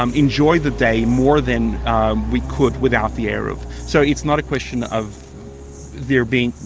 um enjoy the day more than we could without the eruv. so it's not a question of there being.